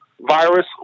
virus